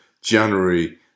January